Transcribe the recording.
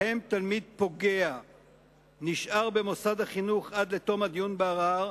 שבהם תלמיד פוגע נשאר במוסד לחינוך עד לתום הדיון בערר,